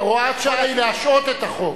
הוראת השעה היא להשהות את החוק,